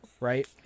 Right